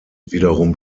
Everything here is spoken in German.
wiederum